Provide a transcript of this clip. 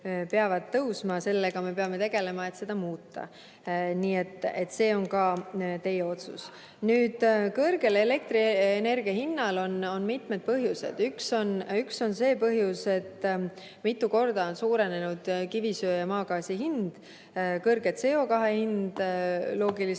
tõusma ja sellega me peame tegelema, et seda muuta. Nii et see on ka teie otsus. Nüüd, kõrgel elektrienergia hinnal on mitmed põhjused. Üks on see, et mitu korda on tõusnud kivisöe ja maagaasi hind kõrge CO2hinna [tõttu],